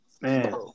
Man